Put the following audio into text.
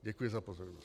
Děkuji za pozornost.